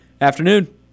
Afternoon